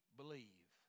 believe